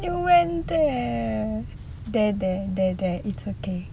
it went there there there there there it's okay